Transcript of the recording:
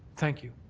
thank you.